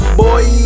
boy